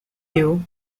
you